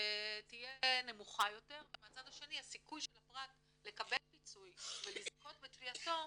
תהיה נמוכה יותר ומהצד השני הסיכוי של הפרט לקבל פיצוי ולזכות בתביעתו,